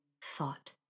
thought